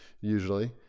usually